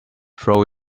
throw